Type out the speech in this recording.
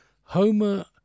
Homer